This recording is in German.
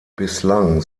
bislang